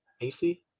AC